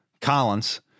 Collins